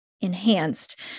enhanced